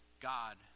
God